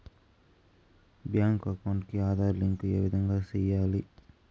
Bank account కి Aadhaar link ఏ విధంగా సెయ్యాలి?